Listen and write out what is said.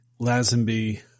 Lazenby